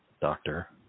doctor